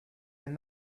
and